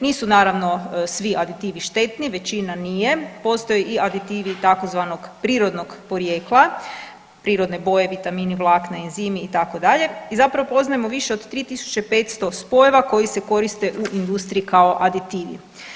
Nisu naravno svi aditivi štetni, većina nije, postoje i aditivi tzv. prirodnog porijekla, prirodne boje, vitamini, vlakna, enzimi itd. i zapravo poznajemo više od 3500 spojeva koji se koriste u industriji kao aditivi.